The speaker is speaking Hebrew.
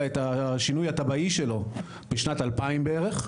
את השינוי התב״אי שלו בשנת 2000 בערך.